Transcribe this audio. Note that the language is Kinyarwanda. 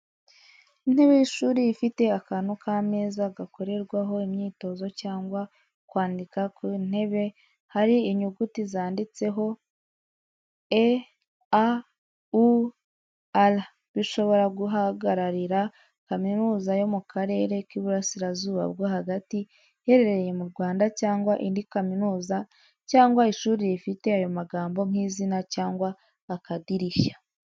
Intebe y'ishuri ifite akantu k'ameza gakorerwaho imyitozo cyangwa kwandika. Ku ntebe hari inyuguti zanditseho E.A.U.R bishobora guhagararira kaminuza yo mu karere k'iburasirazuba bwo hagata iherereye mu Rwanda cyangwa indi kaminuza cyangwa ishuri rifite ayo magambo nk'izina cyangwa akadirishya.